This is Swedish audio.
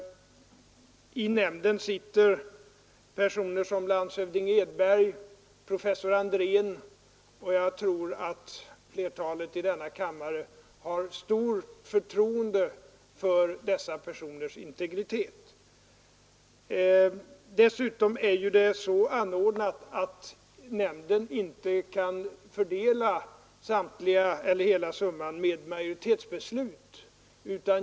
I nämnden sitter personer som landshövding Edberg och professor Andrén, och jag tror att flertalet ledamöter i kammaren har stort förtroende för dessa personers integritet. Dessutom är det ju så ordnat att nämnden inte kan fördela hela summan med majoritetsbeslut.